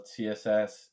CSS